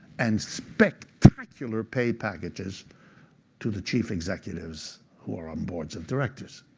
and spectacular pay packages to the chief executives who are on boards of directors.